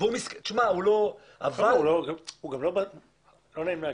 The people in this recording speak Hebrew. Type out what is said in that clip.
לא נעים להגיד.